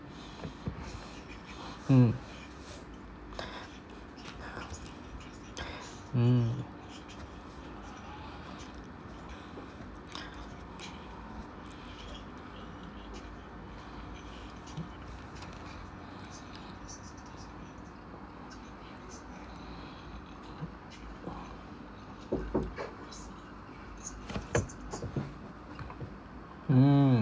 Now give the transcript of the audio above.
mm mm mm